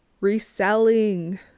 Reselling